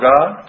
God